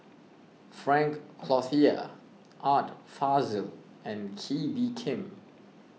Frank Cloutier Art Fazil and Kee Bee Khim